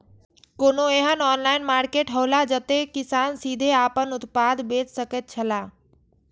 कोनो एहन online market हौला जते किसान सीधे आपन उत्पाद बेच सकेत छला?